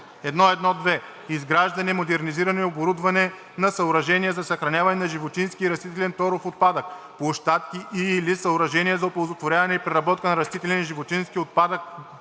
тор. 1.1.2. Изграждане/модернизиране/оборудване на съоръжения за съхраняване на животински и растителен торов отпадък – площадки и/или съоръжения за оползотворяване и преработка на растителен и животински отпадък/биомаса,